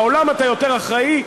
בעולם אתה יותר אחראי,